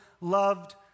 loved